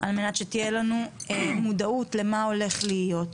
על מנת שתהיה לנו מודעות למה שהולך להיות.